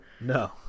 no